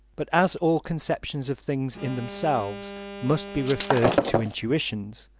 but as all conceptions of things in themselves must be referred to intuitions,